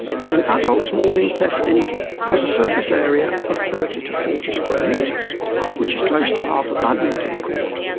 but an adult small intestine has a surface area of thirty to forty square metres which is close to half a badminton court.